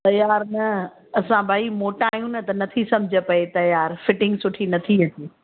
तयारु न असां भई मोटा आहियूं न त नथी सम्झि पए तयारु फिटिंग सुठी नथी अचे